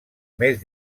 més